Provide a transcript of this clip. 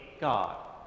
God